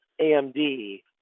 AMD